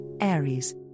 Aries